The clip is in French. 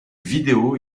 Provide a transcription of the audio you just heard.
vidéos